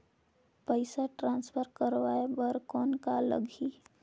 पइसा ट्रांसफर करवाय बर कौन का लगही?